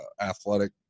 athletic